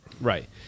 Right